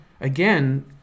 again